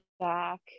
back